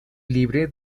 libre